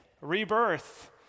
Rebirth